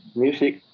music